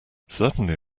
certainly